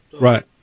Right